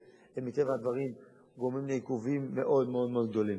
שמטבע הדברים גורמים לעיכובים מאוד מאוד גדולים.